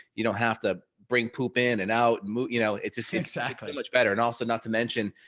you don't have to bring poop in and out moot, you know, it's just exactly much better. and also not to mention,